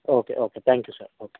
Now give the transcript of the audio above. okay okay thank you sir okay